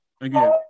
again